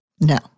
No